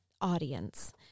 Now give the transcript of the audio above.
audience